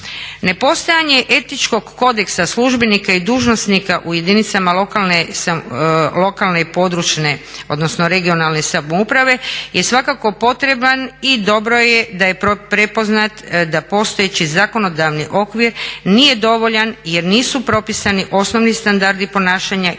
Ne postojanje etičkog kodeksa službenika i dužnosnika u jedinicama lokalne i područne odnosno regionalne samouprave je svakako potreban i dobro je da je prepoznat da postojeći zakonodavni okvir nije dovoljan jer nisu propisani osnovni standardi ponašanja i